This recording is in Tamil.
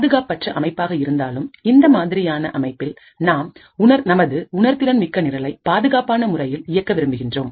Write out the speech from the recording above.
பாதுகாப்பற்ற அமைப்பாக இருந்தாலும் இந்த மாதிரியான அமைப்பில் நாம் நமது உணர்திறன் மிக்க நிரலை பாதுகாப்பான முறையில் இயக்க விரும்புகின்றோம்